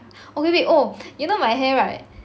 or maybe oh you know my hair right